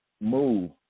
move